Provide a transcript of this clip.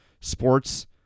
sports